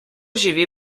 živi